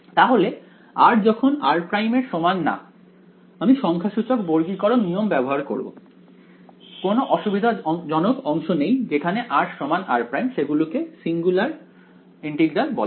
তাহলে r যখন r' এর সমান না আমি সংখ্যাসূচক বর্গীকরণ নিয়ম ব্যবহার করব কোন অসুবিধাজনক অংশ নেই যেখানে rr' সেগুলোকে সিঙ্গুলার ইন্টিগ্রাল বলা হয়